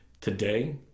today